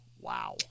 Wow